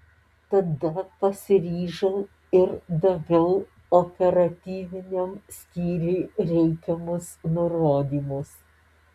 tada pasiryžau ir daviau operatyviniam skyriui reikiamus nurodymus